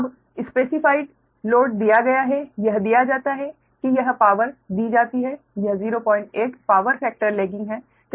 अब specified load दिया गया है यह दिया जाता है कि यह पावर दी जाती है यह 08 पावर फैक्टर लैगिंग है